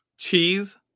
Cheese